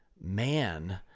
man